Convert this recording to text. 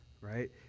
right